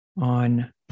on